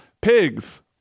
Pigs